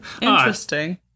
Interesting